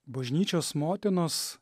bažnyčios motinos